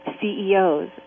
CEOs